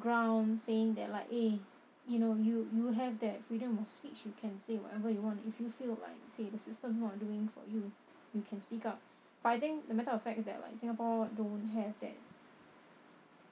ground saying that like eh you know you you have that freedom of speech you can say whatever you want if you feel like say the system not doing for you you can speak up but I think the matter of fact is that like singapore don't have that